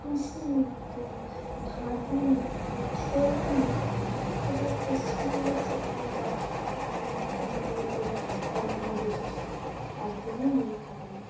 টুসু নৃত্য ভাদু নৃত্য ছৌ নৃত্য এবং পশ্চিমবঙ্গের যে খাওয়া দাওয়া তা কিন্তু অন্যান্য জেলা বা অন্যান্য দেশের সাথে একদমই মিল খাবে না